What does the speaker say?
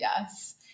yes